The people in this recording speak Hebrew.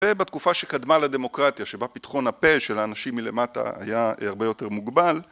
ובתקופה שקדמה לדמוקרטיה, שבה פתחון הפה של האנשים מלמטה היה הרבה יותר מוגבל